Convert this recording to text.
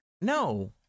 No